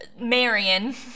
Marion